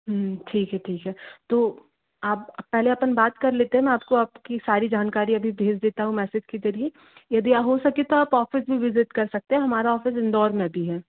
ठीक है ठीक है तो आप पहले अपन बात कर लेते हैना आपको आपकी सारी जानकारी अभी भेज देता हूँ मैसेज के जरिए यदि हो सके तो आप ऑफिस में भी विज़िट कर सकते है हमारा ऑफिस इंदौर में भी है